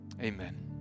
Amen